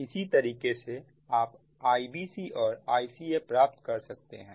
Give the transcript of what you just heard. इसी तरीके से आप Ibc और Ica प्राप्त कर सकते हैं